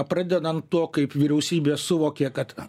pradedant tuo kaip vyriausybė suvokė kad